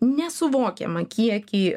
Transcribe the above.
nesuvokiamą kiekį